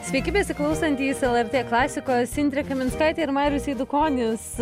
sveiki besiklausantys lrt klasikos indrė kaminskaitė ir marius eidukonis